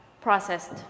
processed